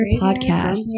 Podcast